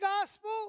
gospel